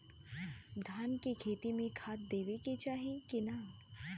धान के खेती मे खाद देवे के चाही कि ना?